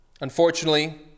unfortunately